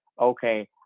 okay